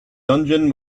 dungeon